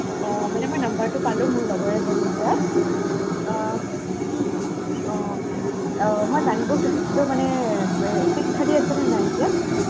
অঁ মানে মই নাম্বাৰটো পালোঁ মোৰ লগৰ এজনীৰ পৰা অঁ মই জানিব খুজিছিলোঁ মানে চিট খালি আছেনে নাই এতিয়া